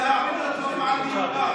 להעמיד דברים על דיוקם,